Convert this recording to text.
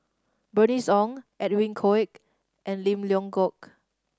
Bernice Ong Edwin Koek and Lim Leong Geok